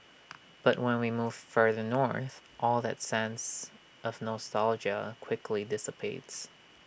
but when we move further north all that sense of nostalgia quickly dissipates